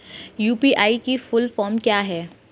UPI की full form क्या है?